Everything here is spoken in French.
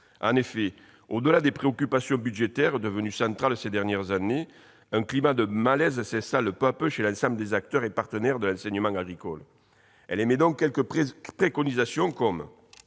En effet, au-delà des préoccupations budgétaires, devenues centrales ces dernières années, un climat de malaise s'installe peu à peu chez l'ensemble des acteurs et partenaires de l'enseignement agricole. » Elle y préconisait notamment